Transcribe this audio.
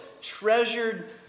treasured